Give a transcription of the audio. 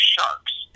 Sharks